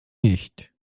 nicht